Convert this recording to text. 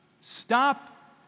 stop